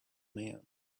man